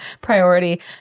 priority